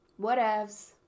whatevs